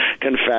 confess